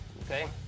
Okay